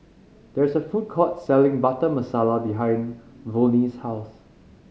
there is a food court selling Butter Masala behind Volney's house